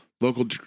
Local